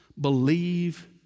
believe